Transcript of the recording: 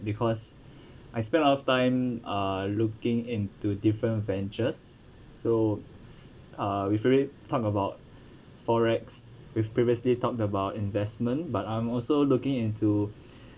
because I spent a lot of time uh looking into different ventures so uh we probably talked about forex we've previously talked about investment but I'm also looking into